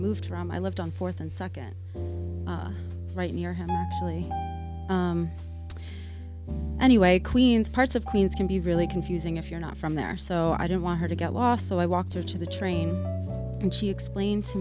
moved from i lived on th and nd right near him actually anyway queens parts of queens can be really confusing if you're not from there so i didn't want her to get lost so i walked her to the train and she explained to